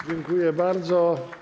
Dziękuję bardzo.